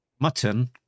mutton